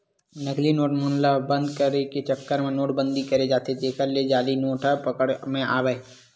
नकली नोट मन ल बंद करे के चक्कर म नोट बंदी करें जाथे जेखर ले जाली नोट ह पकड़ म आवय